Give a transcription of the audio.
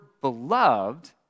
beloved